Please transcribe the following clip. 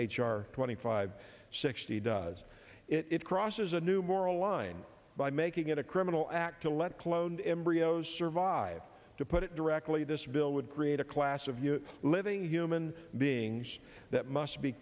r twenty five sixty does it crosses a new moral line by making it a criminal act to let cloned embryos survive to put it directly this bill would create a class of living human beings that must be